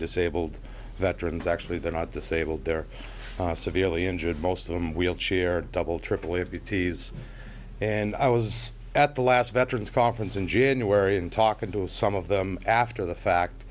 disabled veterans actually they're not disabled they're severely injured most of them wheelchair double triple a betes and i was at the last veterans conference in january and talking to some of them after the fact